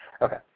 Okay